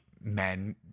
men